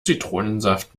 zitronensaft